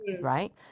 right